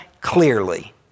clearly